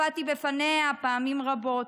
הופעתי בפניה פעמים רבות,